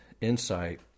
insight